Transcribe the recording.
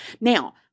Now